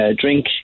drink